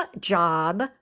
job